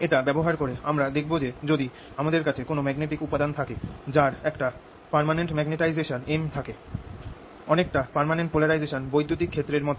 এটা ব্যবহার করে আমরা দেখব যে যদি আমাদের কাছে কোনও ম্যাগনেটিক উপাদান থাকে যার একটা পার্মানেন্ট ম্যাগনেটাইজেশন M থাকে অনেকটা পার্মানেন্ট পোলারাইজেশন বৈদ্যুতিক ক্ষেত্রের মত